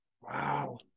Wow